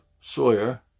Sawyer